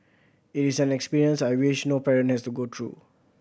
it is an experience I wish no parent has to go through